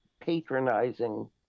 patronizing